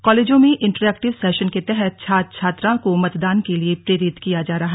कॉलेजों में interactive session के तहत छात्र छात्राओं को मतदान के लिए प्रेरित किया जा रहा